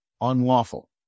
unlawful